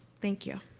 thank you.